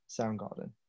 Soundgarden